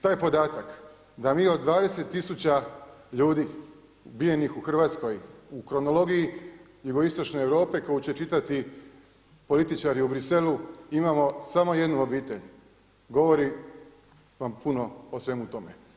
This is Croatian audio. Taj podatak da mi od 20 tisuća ljudi ubijenih u Hrvatskoj u kronologiji jugoistočne Europe koji će čitati političari u Bruxellesu imamo samo jednu obitelj, govori vam puno o svemu tome.